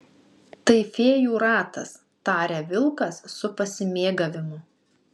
tai fėjų ratas taria vilkas su pasimėgavimu